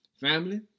Family